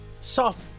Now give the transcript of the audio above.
soft